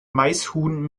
maishuhn